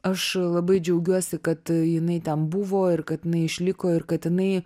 aš labai džiaugiuosi kad jinai ten buvo ir kad jinai išliko ir kad jinai